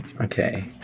Okay